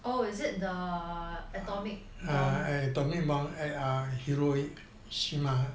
oh is it the atomic bomb